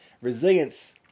Resilience